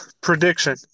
Prediction